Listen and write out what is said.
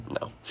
No